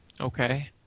Okay